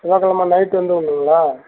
செவ்வாய்க் கெழமை நைட் வந்துடுவீங்களா